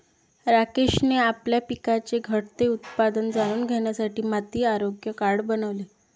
राकेशने आपल्या पिकाचे घटते उत्पादन जाणून घेण्यासाठी माती आरोग्य कार्ड बनवले